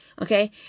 okay